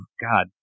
God